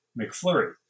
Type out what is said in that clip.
McFlurry